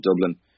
Dublin